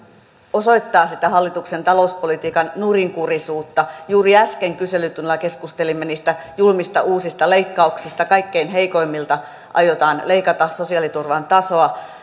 osoittaa sitä hallituksen talouspolitiikan nurinkurisuutta juuri äsken kyselytunnilla keskustelimme niistä julmista uusista leikkauksista kaikkein heikoimmilta aiotaan leikata sosiaaliturvan tasoa